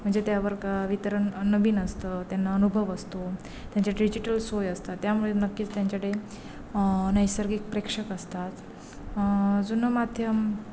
म्हणजे त्यावर का वितरण नवीन असतं त्यांना अनुभव असतो त्यांचे डिजिटल सोय असतात त्यामुळे नक्कीच त्यांच्याकडे नैसर्गिक प्रेक्षक असतात जुनं माध्यम